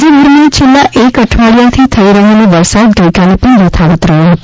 રાજ્યભરમાં છેલ્લા એક અઠવાડિયાથી થઇ રહેલો વરસાદ ગઇકાલે પણ યથાવત રહ્યો છે